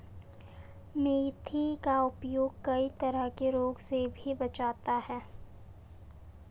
मेथी का प्रयोग कई तरह के रोगों से भी बचाता है